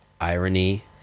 irony